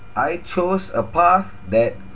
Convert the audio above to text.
I chose a path that